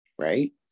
right